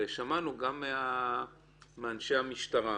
ושמענו גם מאנשי המשטרה